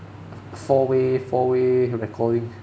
four way four way recording